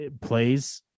plays